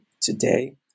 today